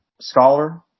scholar